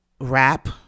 rap